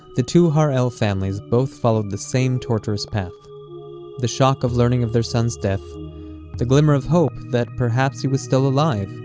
the two harel families both followed the same tortuous path the shock of learning of their son's death the glimmer of hope that perhaps he was still alive,